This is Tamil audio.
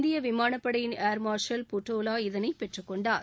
இந்திய விமானப்படையின் ஏர்மார்ஷல் பட்டோலா இதனைப் பெற்றுக் கொண்டார்